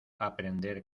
aprender